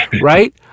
Right